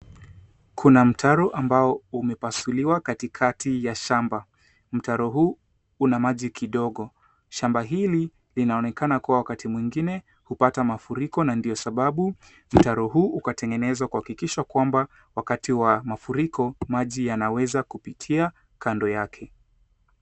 Kuna mtaro ambao umepasuliwa katikati ya shamba. Mtaro huu una maji kidogo. Shamba hili linaonekana kua wakati mwingine hupata mafuriko, na ndio sababu mtaro huu ukatengenezwa kuhakikisha kwamba wakati wa mafuriko, maji yanaweza kupitia kando yake.